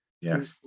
Yes